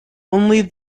only